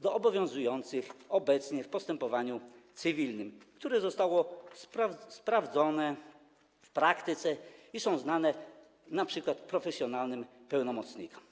do obowiązujących obecnie w postępowaniu cywilnym, które zostały sprawdzone w praktyce i są znane np. profesjonalnym pełnomocnikom.